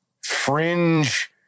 fringe